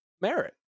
merit